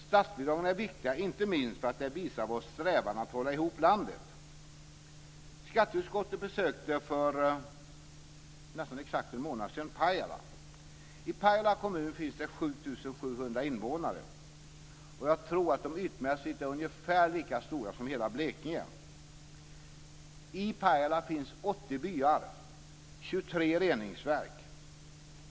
Statsbidragen är viktiga inte minst för att de visar vår strävan att hålla ihop landet. Skatteutskottet besökte för nästan exakt en månad sedan Pajala. I Pajala kommun finns det 7 700 invånare, och jag tror att kommunen ytmässigt är ungefär lika stor som hela Blekinge. I Pajala finns 80 byar och 23 reningsverk.